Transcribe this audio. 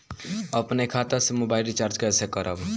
अपने खाता से मोबाइल रिचार्ज कैसे करब?